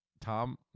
Tom